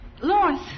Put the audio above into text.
Lawrence